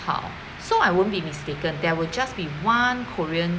好 so I won't be mistaken there would just be one korean